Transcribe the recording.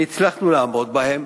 והצלחנו לעמוד בהם,